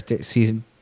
season